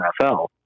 NFL